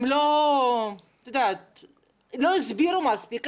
לא הסבירו מספיק.